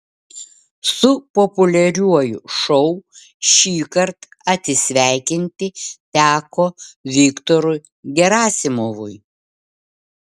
su populiariuoju šou šįkart atsisveikinti teko viktorui gerasimovui